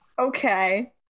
Okay